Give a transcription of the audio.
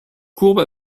courbe